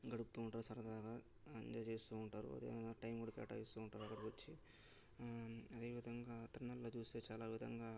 గడుపుతూ ఉంటారు సరదాగా ఎంజాయ్ చేస్తూ ఉంటారు అదేవిధంగా టైం కూడా కేటాయిస్తూ ఉంటారు అక్కడికి వచ్చి అదేవిధంగా తిరణాల్లో చూస్తే చాలా విధంగా